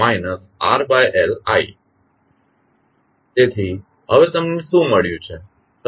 તેથી હવે તમને શું મળ્યું છે